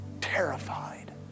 Terrified